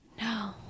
No